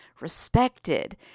respected